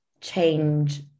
change